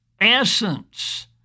essence